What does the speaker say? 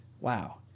Wow